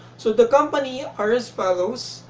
so the companies are as follows.